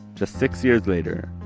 just six years later,